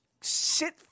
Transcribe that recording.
sit